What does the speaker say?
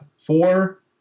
four